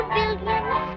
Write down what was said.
billions